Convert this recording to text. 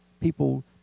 people